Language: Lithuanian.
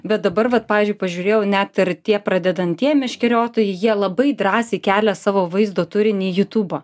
bet dabar vat pavyzdžiui pažiūrėjau net ir tie pradedantieji meškeriotojai jie labai drąsiai kelia savo vaizdo turinį į jutubą